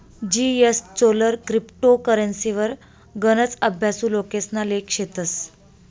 जीएसचोलर क्रिप्टो करेंसीवर गनच अभ्यासु लोकेसना लेख शेतस